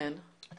זה